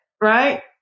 Right